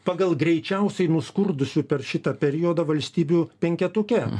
pagal greičiausiai nuskurdusių per šitą periodą valstybių penketuke